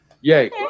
yay